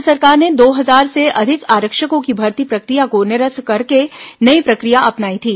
राज्य सरकार ने दो हजार से अधिक आरक्षकों की भर्ती प्रक्रिया को निरस्त करके नई प्रक्रिया अपनाई थी